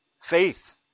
faith